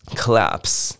collapse